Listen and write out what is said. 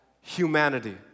humanity